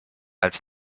als